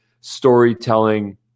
storytelling